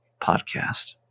podcast